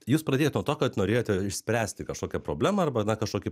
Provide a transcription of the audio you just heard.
jūs pradėjot nuo to kad norėjote išspręsti kažkokią problemą arba na kažkokį